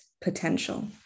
potential